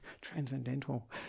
transcendental